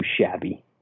shabby